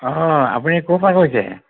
অঁ আপুনি ক'ৰ পৰা কৈছে